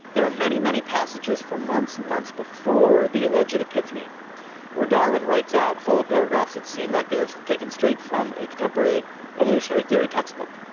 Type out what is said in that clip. there are many, many passages from months and months before the alleged epiphany where darwin writes out whole paragraphs it seemed like they are taken straight from a contemporary evolutionary theory textbook,